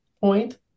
point